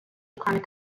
chronic